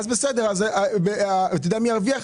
אתה יודע מי ירוויח?